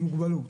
עם מוגבלות.